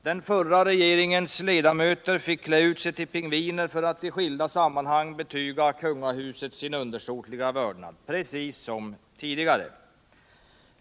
Den förra regeringens ledamöter fick klä ut sig till pingviner för att i skilda sammanhang betyga kungahuset sin undersåtliga vördnad — precis som tidigare.